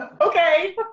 Okay